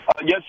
Yes